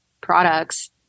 products